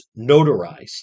notarized